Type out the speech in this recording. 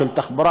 של תחבורה,